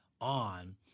on